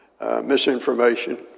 misinformation